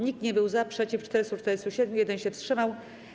Nikt nie był za, przeciw - 447, 1 się wstrzymał.